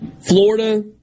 Florida